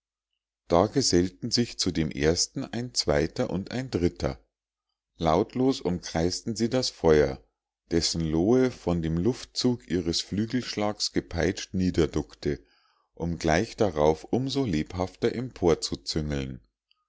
da gesellten sich zu dem ersten ein zweiter und ein dritter lautlos umkreisten sie das feuer dessen lohe von dem luftzug ihres flügelschlags gepeitscht niederduckte um gleich darauf um so lebhafter